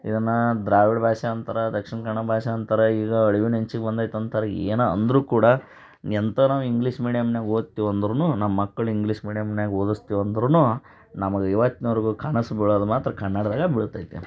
ಇದನ್ನು ದ್ರಾವಿಡ ಭಾಷೆ ಅಂತಾರೋ ದಕ್ಷಿಣ ಕನ್ನಡ ಭಾಷೆ ಅಂತಾರೋ ಈಗ ಅಳಿವಿನ ಅಂಚಿಗೆ ಬಂದೈತೆ ಅಂತಾರೋ ಏನೇ ಅಂದ್ರೂ ಕೂಡ ಎಂಥ ನಾವು ಇಂಗ್ಲೀಷ್ ಮೀಡಿಯಮ್ನಾಗೆ ಓದ್ತೀವಿ ಅಂದ್ರು ನಮ್ಮ ಮಕ್ಕಳು ಇಂಗ್ಲೀಷ್ ಮೀಡಿಯಮ್ನಾಗೆ ಓದಿಸ್ತೀವ್ ಅಂದ್ರು ನಮಗೆ ಇವತ್ತಿನ್ವರ್ಗು ಕನಸು ಬೀಳೋದು ಮಾತ್ರ ಕನ್ನಡ್ದಾಗೇ ಬೀಳ್ತೈತೆ